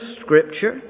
scripture